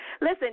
Listen